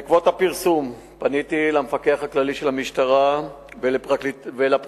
בעקבות הפרסום פניתי למפקח הכללי של המשטרה ולפרקליטות